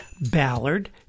Ballard